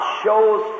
shows